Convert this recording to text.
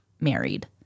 married